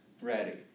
Ready